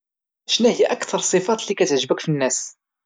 شنا هي اكثر صفات اللي كتعجبك فالناس؟